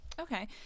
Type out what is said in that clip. Okay